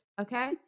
okay